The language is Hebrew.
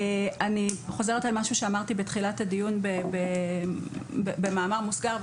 אני חוזרת על משהו שאמרתי בתחילת הדיון במאמר מוסגר,